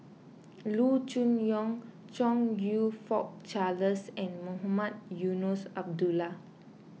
Loo Choon Yong Chong You Fook Charles and Mohamed Eunos Abdullah